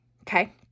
okay